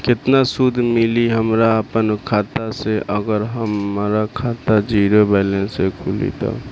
केतना सूद मिली हमरा अपना खाता से अगर हमार खाता ज़ीरो बैलेंस से खुली तब?